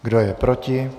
Kdo je proti?